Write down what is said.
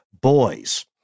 boys